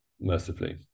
mercifully